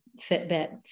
Fitbit